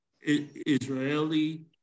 israeli